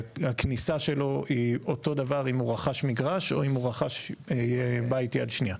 הכניסה שלו היא אותו דבר אם הוא רכש מגרש או אם הוא רכש בית יד שנייה.